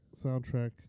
soundtrack